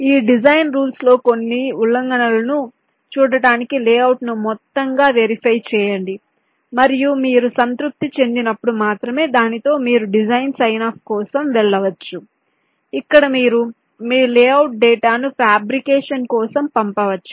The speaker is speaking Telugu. ఆ డిజైన్ రూల్స్ లో కొన్ని ఉల్లంఘనలను ను చూడటానికి లేఅవుట్ను మొత్తంగా వెరిఫై చేయండి మరియు మీరు సంతృప్తి చెందినప్పుడు మాత్రమే దానితో మీరు డిజైన్ సైన్ ఆఫ్ కోసం వెళ్ళవచ్చు ఇక్కడ మీరు మీ లేఅవుట్ డేటాను ఫ్యాబ్రికేషన్ కోసం పంపవచ్చు